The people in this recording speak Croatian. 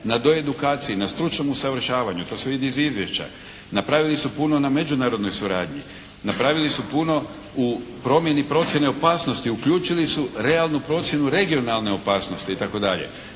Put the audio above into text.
na doedukaciji, na stručnom usavršavanju. To se vidi iz izvješća. Napravili su puno na međunarodnoj suradnji. Napravili su puno u promjeni procjene opasnosti. Uključili su realnu procjenu regionalne opasnosti i